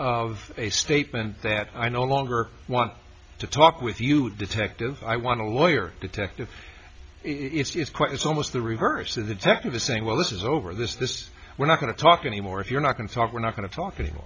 of a statement that i no longer want to talk with you detective i want to lawyer detective it's quite it's almost the reverse of the type of the saying well this is over this this we're not going to talk anymore if you're not going to talk we're not going to talk any more